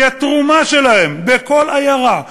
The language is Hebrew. כי התרומה שלהם בכל עיירה,